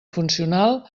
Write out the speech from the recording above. funcional